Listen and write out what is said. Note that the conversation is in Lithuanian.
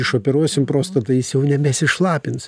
išoperuosim prostatą jis jau nebesišlapins